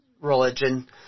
religion